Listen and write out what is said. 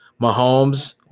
Mahomes